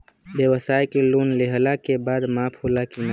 ब्यवसाय के लोन लेहला के बाद माफ़ होला की ना?